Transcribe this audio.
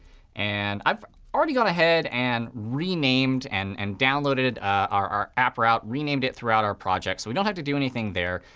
and i've already gone ahead and renamed and and downloaded our our app route, renamed it throughout our project. so we don't have to do anything there.